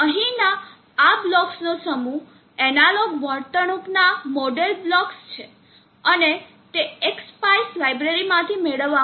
અહીંના આ બ્લોક્સનો સમૂહ એનાલોગ વર્તણૂકના મોડેલિંગ બ્લોક્સ છે અને તે એક્સસ્પાઇસ લાઇબ્રેરીમાંથી મેળવવામાં આવ્યા છે